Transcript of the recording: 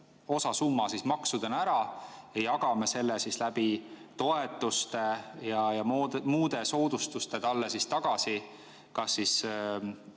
osa summast maksudena ära ja jagame selle toetuste ja muude soodustustena talle tagasi – kas